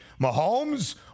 mahomes